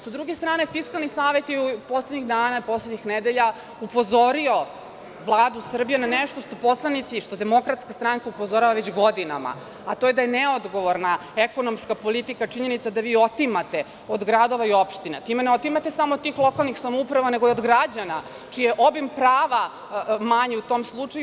S druge strane, Fiskalni savet je poslednjih dana, poslednjih nedelja upozorio Vladu Srbije na nešto što poslanici, što DS upozorava već godinama, a to je da je neodgovorna ekonomska politika činjenica da vi otimate od gradova i opština i time ne otimate samo tih lokalnih samouprava, nego i od građana čiji je obim prava manji u tom slučaju.